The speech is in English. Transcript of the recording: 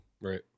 Right